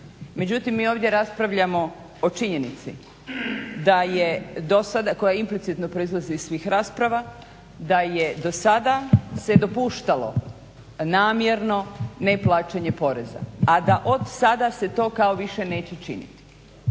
Međutim mi ovdje raspravljamo o činjenici koja implicitno proizlazi iz svih rasprava, da je do sada se dopuštalo namjerno neplaćanje poreza, a da od sada se to kao više neće činiti.